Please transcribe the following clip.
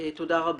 תודה רבה,